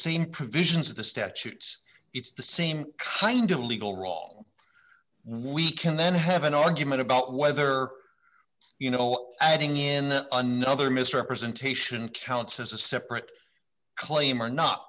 same provisions of the statutes it's the same kind of legal role we can then have an argument about whether you know all adding in another misrepresentation counts as a separate claim or not